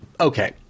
okay